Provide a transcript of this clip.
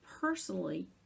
personally